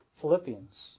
Philippians